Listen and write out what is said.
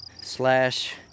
slash